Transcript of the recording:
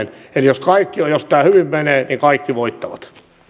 eli jos tämä hyvin menee niin kaikki voittavat